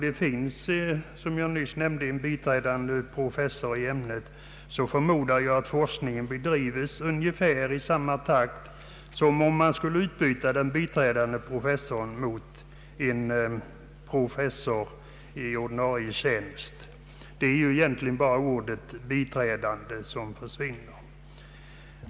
Eftersom det finns en biträdande professor i ämnet förmodar jag att forskningen bedrivs i ungefär samma takt som om man skulle utbyta honom mot en ordinarie professor. Det är egentligen bara ordet biträdande som försvinner.